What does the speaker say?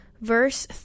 verse